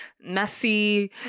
messy